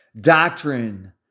doctrine